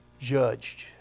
judged